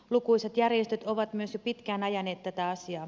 lukuisat järjestöt ovat myös jo pitkään ajaneet tätä asiaa